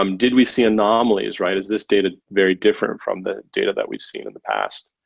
um did we see anomalies, right? is this data very different from the data that we've seen in the past?